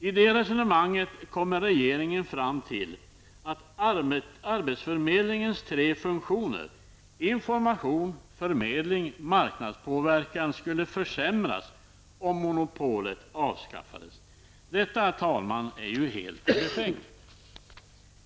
I det resonemanget kommer regeringen fram till att arbetsförmedlingens tre funktioner -- information, förmedling, marknadspåverkan -- skulle försämras om monopolet avskaffades. Detta, herr talman, är ju helt befängt.